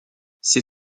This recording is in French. ces